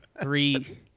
Three